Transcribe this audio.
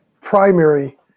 primary